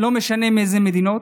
ולא משנה מאילו מדינות.